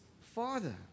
Father